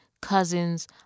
cousins